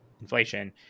inflation